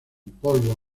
polvo